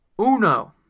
uno